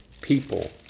people